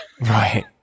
Right